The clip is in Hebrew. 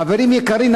חברים יקרים,